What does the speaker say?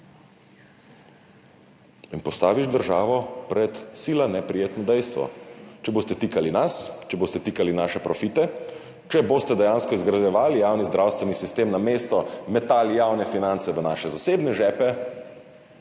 in postaviš državo pred sila neprijetno dejstvo: če boste tikali nas, če boste tikali naše profite, če boste dejansko izgrajevali javni zdravstveni sistem, namesto metali javne finance v naše zasebne žepe,